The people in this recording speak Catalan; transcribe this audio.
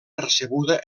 percebuda